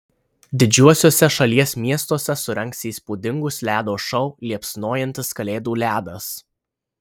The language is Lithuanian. didžiuosiuose šalies miestuose surengs įspūdingus ledo šou liepsnojantis kalėdų ledas